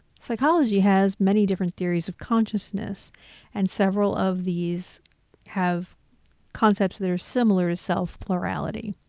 psychology has many different theories of consciousness and several of these have concepts that are similar to self-plurality.